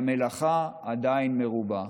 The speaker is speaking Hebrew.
המלאכה עדיין מרובה.